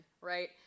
right